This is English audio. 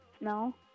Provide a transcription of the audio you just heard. No